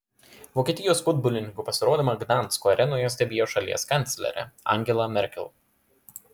vokietijos futbolininkų pasirodymą gdansko arenoje stebėjo šalies kanclerė angela merkel